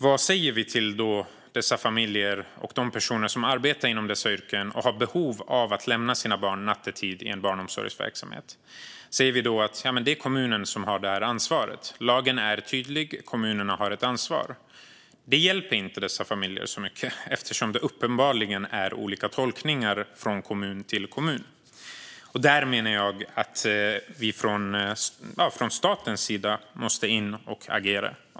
Vad säger vi till dessa familjer och till de personer som arbetar inom dessa yrken och har behov av att lämna sina barn till barnomsorgsverksamhet nattetid? Hänvisar vi till att det är kommunen som har ansvaret - lagen är tydlig, kommunerna har ett ansvar? Det hjälper ju inte dessa familjer eftersom det uppenbart tolkas olika från kommun till kommun. Där menar jag att vi från statens sida måste in och agera.